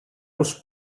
πως